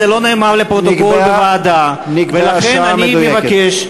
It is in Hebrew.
זה לא נאמר לפרוטוקול בוועדה, נקבעה שעה מדויקת.